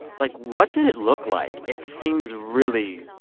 like, what did it look like? it seems really,